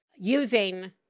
using